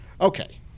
okay